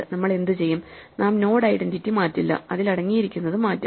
നമ്മൾ എന്തു ചെയ്യും നാം നോഡ് ഐഡന്റിറ്റി മാറ്റില്ല അതിൽ അടങ്ങിയിരിക്കുന്നതു മാറ്റും